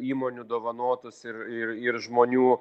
įmonių dovanotus ir ir ir žmonių